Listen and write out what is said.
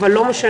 אבל לא משנה,